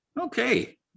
Okay